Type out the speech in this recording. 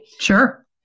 Sure